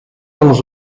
anders